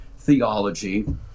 theology